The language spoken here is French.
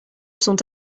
sont